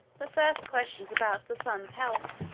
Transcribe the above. the first question is about the sun's health,